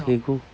okay go